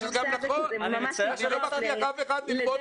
גם לטם וגם אני נשמח לסייע להם ועוד הרבה אנשים נוספים,